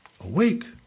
Awake